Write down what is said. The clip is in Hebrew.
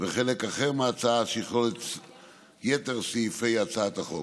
וחלק אחר מההצעה, שיכלול את יתר סעיפי הצעת החוק.